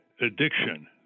addiction